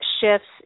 shifts